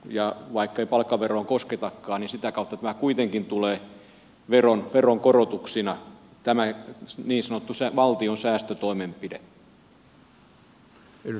vaikka ei palkkaveroon kosketakaan niin sitä kautta tämä niin sanottu valtion säästötoimenpide kuitenkin tulee veronkorotuksina